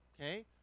okay